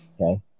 Okay